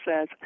says